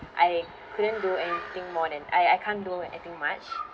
I couldn't do anything more than I I can't do anything much